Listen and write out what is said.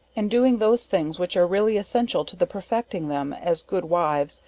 and doing those things which are really essential to the perfecting them as good wives,